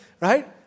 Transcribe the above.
right